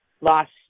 Lost